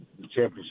championship